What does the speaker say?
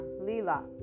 Lila